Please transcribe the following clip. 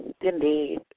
Indeed